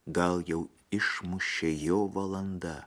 gal jau išmušė jo valanda